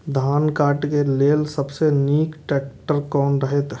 धान काटय के लेल सबसे नीक ट्रैक्टर कोन रहैत?